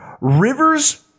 Rivers